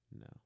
no